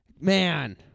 Man